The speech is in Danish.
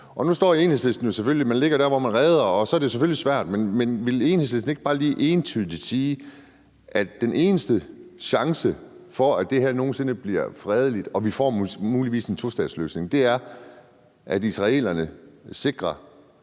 nu står Enhedslisten selvfølgelig der, hvor man ligger, som man har redt, og så er det selvfølgelig svært. Men vil Enhedslisten ikke bare lige entydigt sige, at den eneste chance for, at det her nogen sinde bliver fredeligt, og at vi muligvis får en tostatsløsning, er, at israelerne sikrer,